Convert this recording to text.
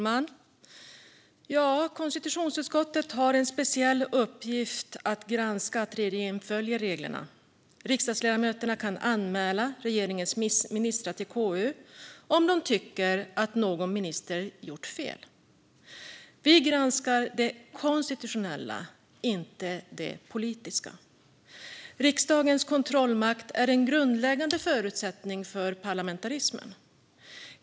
Fru talman! Konstitutionsutskottet har en speciell uppgift i att granska att regeringen följer reglerna. Riksdagsledamöterna kan anmäla regeringens ministrar till KU om de tycker att någon minister har gjort fel. Vi granskar det konstitutionella, inte det politiska. Riksdagens kontrollmakt är en grundläggande förutsättning för parlamentarismen.